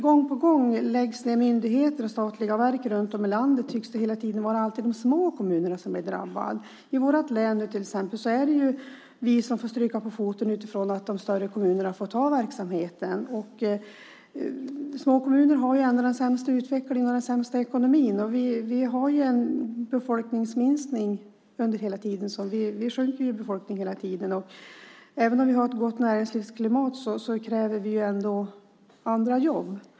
Gång på gång läggs det ned myndigheter och statliga verk runt om i landet, och det tycks alltid vara de små kommunerna som blir drabbade. I vårt län är det vi som får stryka på foten medan de större kommunerna får ta över verksamheten. Små kommuner har ju den sämsta utvecklingen och den sämsta ekonomin. Vi har en befolkningsminskning hela tiden. Befolkningen sjunker hela tiden. Även om vi har ett gott näringslivsklimat kräver vi ändå andra jobb.